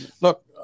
Look